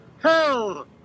hell